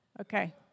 Okay